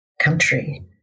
country